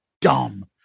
Dumb